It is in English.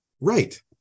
Right